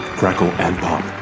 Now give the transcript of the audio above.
crackle and pop